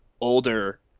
older